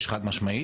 יש חד משמעית.